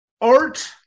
art